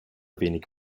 wenig